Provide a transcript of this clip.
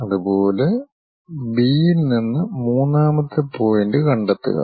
അതുപോലെ ബി യിൽ നിന്ന് മൂന്നാമത്തെ പോയിന്റ് കണ്ടെത്തുക